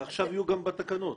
שעכשיו יהיו גם בתקנות.